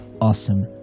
awesome